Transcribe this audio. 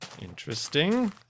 Interesting